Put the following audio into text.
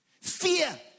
Fear